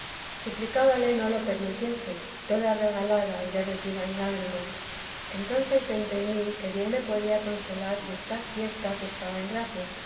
suplicábale no lo permitiese toda regalada y derretida en lágrimas entonces entendí que bien me podía consolar y confiar que estaba engracia